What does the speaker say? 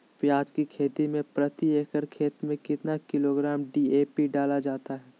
प्याज की खेती में प्रति एकड़ खेत में कितना किलोग्राम डी.ए.पी डाला जाता है?